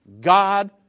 God